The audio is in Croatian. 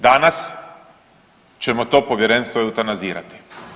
Danas ćemo to povjerenstvo eutanazirati.